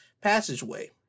passageway